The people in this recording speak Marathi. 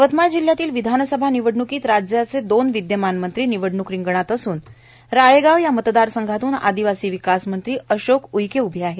यवतमाळ जिल्ह्यातील विधानसभा निवणूकीत राज्याचे दोन विद्यमान मंत्री निवडणूक रिंगणात असून राळेगाव या मतदारसंघातून आदिवासी विकास मंत्री अशोक उईके उभे आहेत